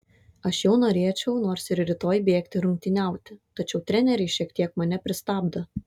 aš jau norėčiau nors ir rytoj bėgti rungtyniauti tačiau treneriai šiek tiek mane pristabdo